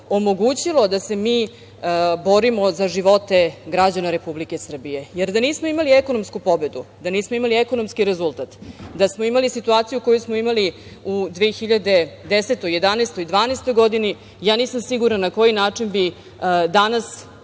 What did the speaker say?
da se mi borimo za živote građana Republike Srbije, jer da nismo imali ekonomsku pobedu, da nismo imali ekonomski rezultat, da smo imali situaciju koju smo imali u 2010, 2011, 2012. godini, ja nisam sigurna na koji način bi danas